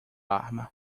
arma